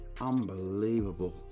Unbelievable